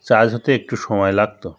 charge হতে একটু সময় লাগতো